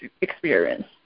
experience